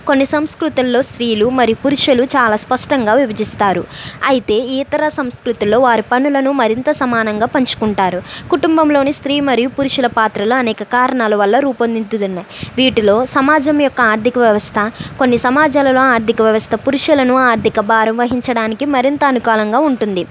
కొన్ని సంస్కృతులలో స్త్రీలు మరియు పురుషులు చాలా స్పష్టంగా విభజిస్తారు అయితే ఇతర సంస్కృతిలో వారి పనులను మరింత సమానంగా పంచుకుంటారు కుటుంబంలోని స్త్రీ మరియు పురుషుల పాత్రలు అనేక కారణాల వల్ల రూపొందుతున్నాయి వీటిలో సమాజం యొక్క ఆర్థిక వ్యవస్థ కొన్ని సమాజాలలో ఆర్థిక వ్యవస్థ పురుషులను ఆర్థిక భారం వహించడానికి మరింత అనుకూలంగా ఉంటుంది